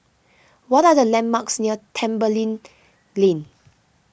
what are the landmarks near Tembeling Lane